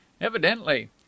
evidently